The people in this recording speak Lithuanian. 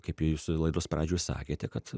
kaip i jūs laidos pradžioj sakėte kad